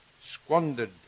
squandered